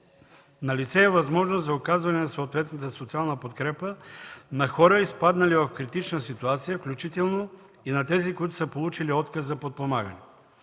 Налице е възможност за оказване на съответната социална подкрепа на хора, изпаднали в критична ситуация, включително и на тези, които са получили отказ за подпомагане.